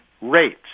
rates